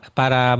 para